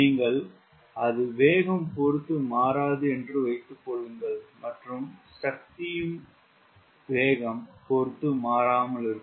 நீங்கள் அது வேகம் பொறுத்து மாறாது என்று வைத்து கொள்ளுங்கள் மற்றும் சக்தியும் வேகம் பொறுத்து மாறாமல் இருக்கும்